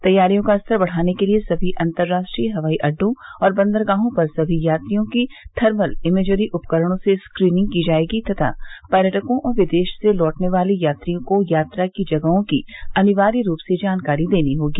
तैयारियों का स्तर बढ़ाने के लिए समी अंतर्राष्ट्रीय हवाई अड्डों और बंदरगाहों पर समी यात्रियों की थर्मल इमेजरी उपकरणों से स्क्रीनिंग की जाएगी तथा पर्यटकों और विदेश से लौटने वाले यात्रियों को यात्रा की जगहों की अनिवार्य रूप से जानकारी देनी होगी